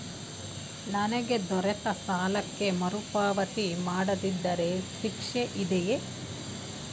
ನನಗೆ ದೊರೆತ ಸಾಲಕ್ಕೆ ಮರುಪಾವತಿ ಮಾಡದಿದ್ದರೆ ಶಿಕ್ಷೆ ಇದೆಯೇ?